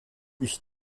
ich